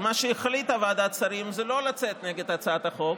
אדוני היושב-ראש, כנסת נכבדה,